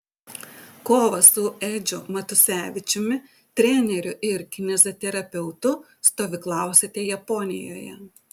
kovą su edžiu matusevičiumi treneriu ir kineziterapeutu stovyklausite japonijoje